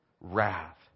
wrath